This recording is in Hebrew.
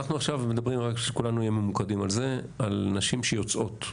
אנחנו עכשיו מדברים על נשים שיוצאות,